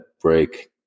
break